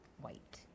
white